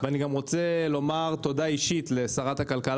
אני רוצה לומר תודה אישית לשרת הכלכלה